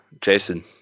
Jason